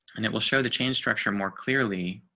and it will show the change structure more clearly.